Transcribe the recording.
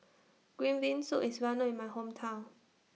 Green Bean Soup IS Well known in My Hometown